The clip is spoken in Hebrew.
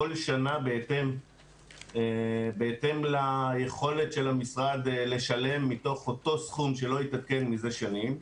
כל שנה בהתאם ליכולת של המשרד לשלם מתוך אותו סכום שלא התעדכן מזה שנים,